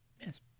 yes